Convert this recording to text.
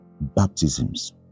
Baptisms